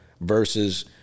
versus